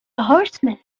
horsemen